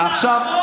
השמאל?